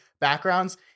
backgrounds